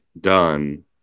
done